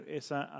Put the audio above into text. esa